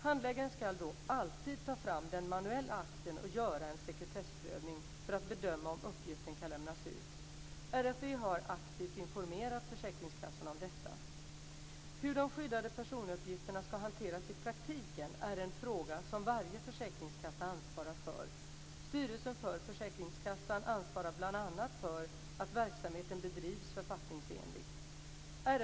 Handläggaren ska då alltid ta fram den manuella akten och göra en sekretessprövning för att bedöma om uppgiften kan lämnas ut. RFV har aktivt informerat försäkringskassorna om detta. Hur de skyddade personuppgifterna ska hanteras i praktiken är en fråga som varje försäkringskassa ansvarar för. Styrelsen för försäkringskassan ansvarar bl.a. för att verksamheten bedrivs författningsenligt.